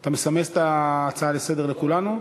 אתה מסמס את ההצעה לסדר-היום לכולנו?